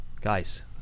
guys